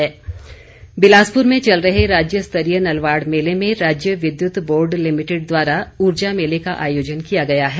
बिजली बोर्ड बिलासपुर में चल रहे राज्य स्तरीय नलवाड़ मेले में राज्य विद्युत बोर्ड लिमिटेड द्वारा ऊर्जा मेले का आयोजन किया गया है